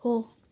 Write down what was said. हो